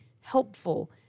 helpful